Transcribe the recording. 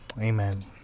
Amen